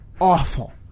awful